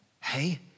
hey